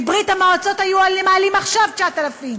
מברית-המועצות היו מעלים עכשיו 9,000,